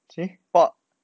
simi what